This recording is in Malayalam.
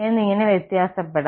എന്നിങ്ങനെ വ്യത്യാസപ്പെടാം